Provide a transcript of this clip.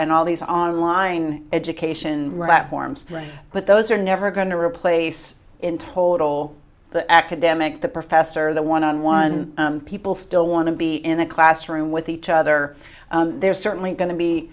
and all these online education rat forms but those are never going to replace in total the academic the professor the one on one people still want to be in a classroom with each other there's certainly going to be